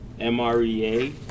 MREA